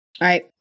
right